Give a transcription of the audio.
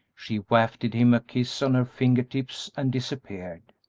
she wafted him a kiss on her finger-tips and disappeared.